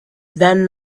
then